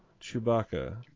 Chewbacca